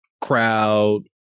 crowd